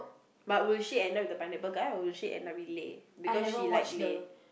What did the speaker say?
but will she end up with the pineapple guy or will she end up with Lay because she like Lay